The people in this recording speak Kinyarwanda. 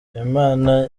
imana